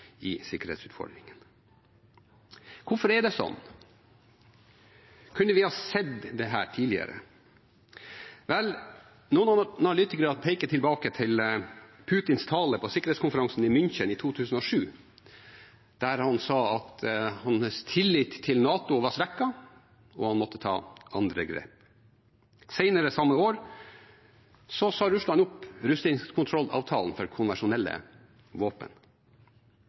i sikkerhetsutfordringene. Hvorfor er det sånn? Kunne vi sett dette tidligere? Vel, noen analytikere peker tilbake til Putins tale på sikkerhetskonferansen i München i 2007, der han sa at hans tillit til NATO var svekket, at han måtte ta andre grep. Senere samme år sa Russland opp rustningskontrollavtalen for konvensjonelle våpen.